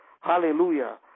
Hallelujah